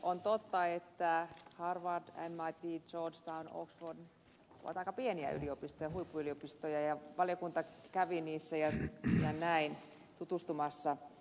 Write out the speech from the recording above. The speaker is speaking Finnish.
on totta että harvard mit georgetown ja oxford ovat aika pieniä yliopistoja huippuyliopistoja ja valiokunta kävi niissä tutustumassa